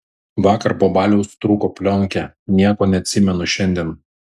vakar po baliaus trūko plionkė nieko neatsimenu šiandien